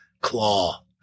claw